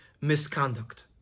misconduct